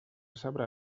sabrà